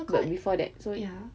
like before that so